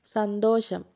സന്തോഷം